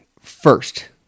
first